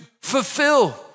fulfill